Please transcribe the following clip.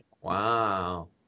Wow